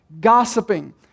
gossiping